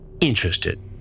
Interested